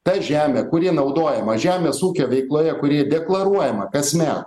ta žemė kuri naudojama žemės ūkio veikloje kuri deklaruojama kasmet